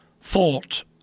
thought